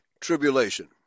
tribulation